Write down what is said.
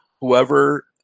whoever